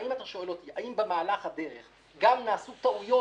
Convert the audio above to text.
אם אתה שואל אותי האם במהלך הדרך גם נעשו טעויות